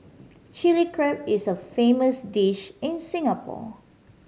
Chilli Crab is a famous dish in Singapore